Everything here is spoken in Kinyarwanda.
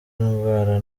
ndwara